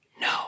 No